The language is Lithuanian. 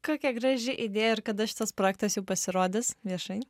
kokia graži idėja ir kada šitas projektas jau pasirodys viešai